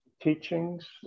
Teachings